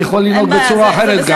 אני יכול לנהוג גם בצורה אחרת.